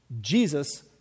Jesus